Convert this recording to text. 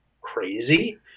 crazy